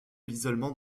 l’isolement